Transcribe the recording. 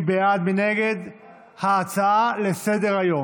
מי בעד ומי נגד ההצעה לסדר-היום?